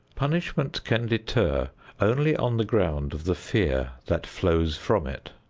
punishment can deter only on the ground of the fear that flows from it.